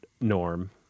Norm